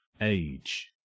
Age